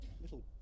little